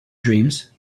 dreams